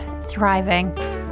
thriving